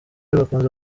bakunze